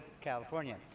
California